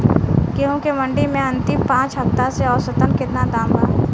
गेंहू के मंडी मे अंतिम पाँच हफ्ता से औसतन केतना दाम बा?